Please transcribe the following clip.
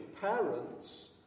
parents